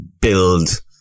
build